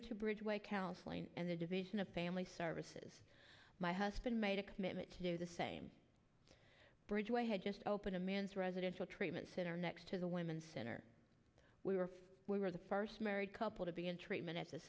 into bridgeway counseling and the division of family services my husband made a commitment to do the same bridgeway had just opened a man's residential treatment center next to the women's center we were we were the first married couple to be in treatment at the